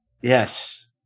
Yes